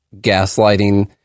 gaslighting